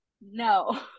No